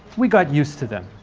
we got used to them.